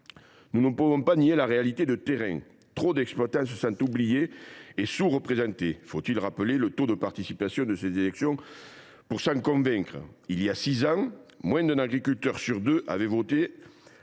Nous ne pouvons nier la réalité du terrain : trop d’exploitants se sentent oubliés et sous représentés. Faut il rappeler le taux de participation à ces élections pour s’en convaincre ? Il y a six ans, moins d’un agriculteur sur deux avait voté,